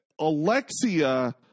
Alexia